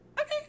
Okay